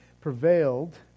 prevailed